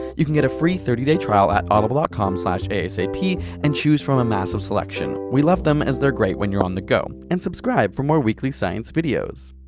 you can get a free thirty day trial at audible dot com slash asap and choose from a massive selection! we love them as they are great when you're on the go. and subscribe for more weekly science videos!